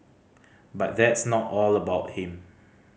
but that's not all about him